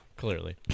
Clearly